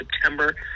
September